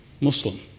Muslim